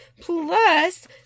plus